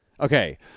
Okay